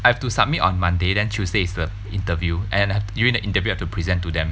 I have to submit on Monday then Tuesday is the interview and during the interview I have to present to them